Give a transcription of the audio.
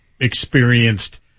experienced